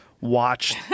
watch